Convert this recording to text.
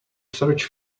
search